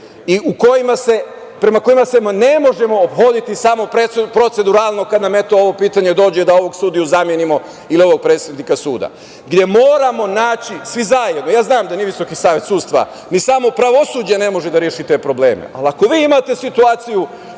i prema kojima se ne možemo ophoditi samo proceduralno, kada nam, eto, ovo pitanje dođe da ovog sudiju zamenimo ili ovog predsednika suda. Moramo naći, svi zajedno, ja znam da ni Visoki savet sudstva, ni samo pravosuđe ne može da reši te probleme, ali ako vi imate situaciju